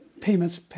payments